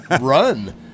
run